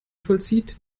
vollzieht